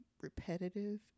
repetitive